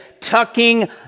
tucking